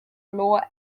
law